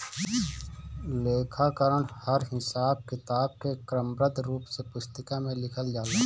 लेखाकरण हर हिसाब किताब के क्रमबद्ध रूप से पुस्तिका में लिखल जाला